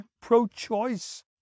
pro-choice